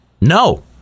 No